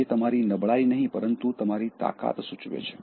તે તમારી નબળાઈ નહીં પરંતુ તમારી તાકાત સૂચવે છે